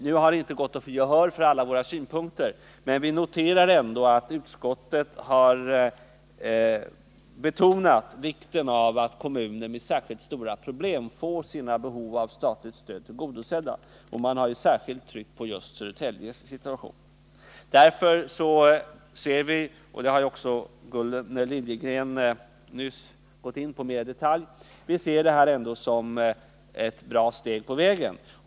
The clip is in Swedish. Nu har det inte gått att få gehör för alla våra synpunkter, men vi noterar ändå att utskottet har betonat vikten av att kommuner med särskilt stora problem får sina behov av statligt stöd tillgodosedda, och utskottet har särskilt tryckt på just Södertäljes situation. Därför ser vi utskottets uttalande — det har också Gunnel Liljegren nyss gått in på mer i detalj — som ett bra steg på vägen.